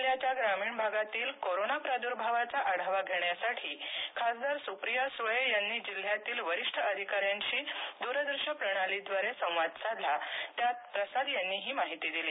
जिल्ह्याच्या ग्रामीण भागातील कोरोना प्रादू र्भावाचा आढघ्रा घेण्यासाठी आज खासदार सुप्रिया सुळे यांनी जिल्ह्यातील वरिष्ठ अधिकाऱ्यांशी दूरदूश्य प्रणालीद्वारे संवाद साधलात्यात प्रसाद यांनी ही माहिती दिली